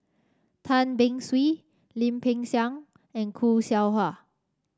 Tan Beng Swee Lim Peng Siang and Khoo Seow Hwa